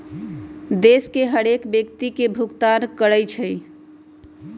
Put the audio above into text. देश के हरेक व्यक्ति के भुगतान करइ छइ